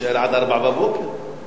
הם מחויבים באלפי שקלים מדי שנה.